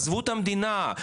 תודה.